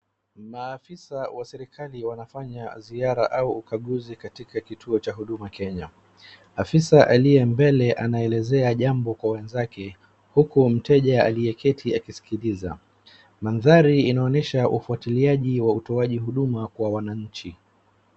Maafisa wa serikali wanafanya ziara au ukaguzi katika kituo cha huduma Kenya. Afisa aliyembele anaelezea jambo kwa wenzake huku mteja aliyeketi akisikiliza. Mandhari inaonesha ufuatiliaji wa utaoaji huduma kwa wananchi.